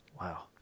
Wow